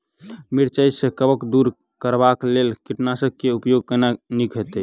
मिरचाई सँ कवक दूर करबाक लेल केँ कीटनासक केँ उपयोग केनाइ नीक होइत?